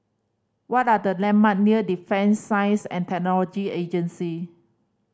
what are the landmark near Defence Science And Technology Agency